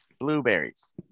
blueberries